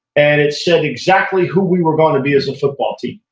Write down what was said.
and it said exactly who we were going to be as a football team.